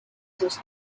sus